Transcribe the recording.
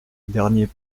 dernier